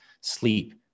sleep